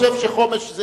חושב שחומש,